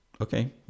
okay